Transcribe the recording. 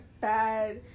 bad